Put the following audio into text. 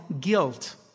guilt